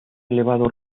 elevado